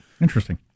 Interesting